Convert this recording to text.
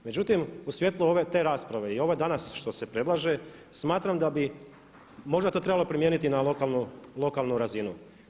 Međutim, u svjetlu te rasprave i ovo danas što se predlaže smatram da bi možda to trebalo primijeniti na lokalnu razinu.